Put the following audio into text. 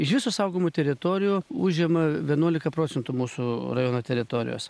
iš viso saugomų teritorijų užima vienuolika procentų mūsų rajono teritorijos